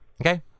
Okay